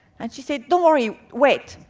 and she said, don't worry, wait.